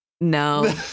No